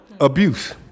abuse